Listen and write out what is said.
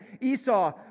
Esau